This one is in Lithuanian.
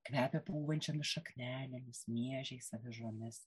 kvepia pūvančiomis šaknelėmis miežiais avižomis